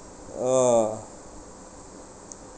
a'ah